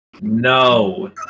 no